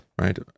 right